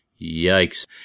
yikes